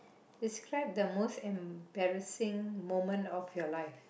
describe the most embarrassing moment of your life